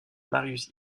marius